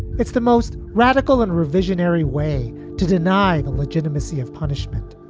it's the most radical and revisionary way to deny the legitimacy of punishment.